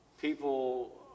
people